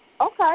Okay